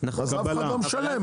ואז אף אחד לא משלם.